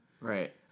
Right